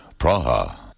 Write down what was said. Praha